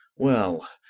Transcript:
well,